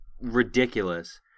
ridiculous